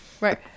Right